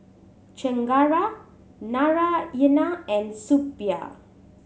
Chengara Naraina and Suppiah